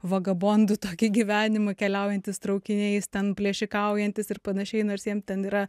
vagabondų tokį gyvenimą keliaujantys traukiniais ten plėšikaujantys ir panašiai nors jiem ten yra